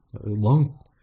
Long